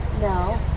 No